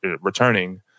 returning